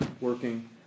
working